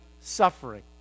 suffering